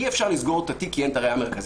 אי-אפשר לסגור את התיק כי אין את הראיה המרכזית.